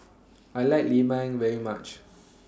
I like Lemang very much